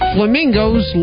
Flamingos